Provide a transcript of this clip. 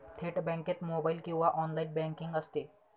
थेट बँकेत मोबाइल किंवा ऑनलाइन बँकिंग असते